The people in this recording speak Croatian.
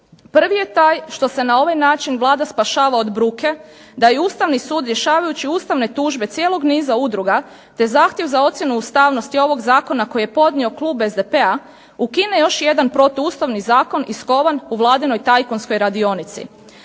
Prvi je taj da se na ovaj način Vlada rješava bruke da ju Ustavni sud rješavajući ustavne tužbe cijelog niza udruga te zahtjev za ocjenu ustavnosti ovog Zakona koju je podnio Klub SDP-a, ukine još jedan protuustavni zakon iskovan u Vladinoj tajkunskoj radionici.